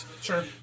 Sure